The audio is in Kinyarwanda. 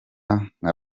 nka